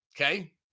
Okay